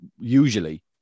usually